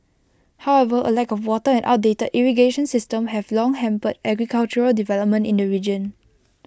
however A lack of water and outdated irrigation systems have long hampered agricultural development in the region